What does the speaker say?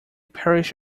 parish